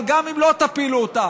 אבל גם אם לא תפילו אותה,